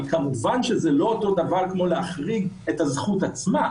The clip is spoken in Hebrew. אבל זה לא אותו דבר כמו להחריג את הזכות עצמה.